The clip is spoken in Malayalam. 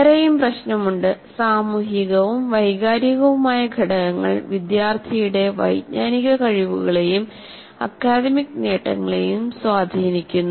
വേറെയും പ്രശ്നമുണ്ട് സാമൂഹികവും വൈകാരികവുമായ ഘടകങ്ങൾ വിദ്യാർത്ഥിയുടെ വൈജ്ഞാനിക കഴിവുകളെയും അക്കാദമിക് നേട്ടങ്ങളെയും സ്വാധീനിക്കുന്നു